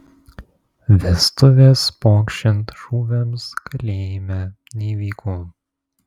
vestuvės pokšint šūviams kalėjime neįvyko